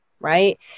Right